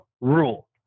rule